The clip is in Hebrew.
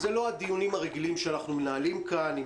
לא כמו הדיונים שאנחנו מנהלים כאן עם